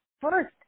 first